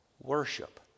worship